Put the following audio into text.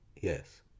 Yes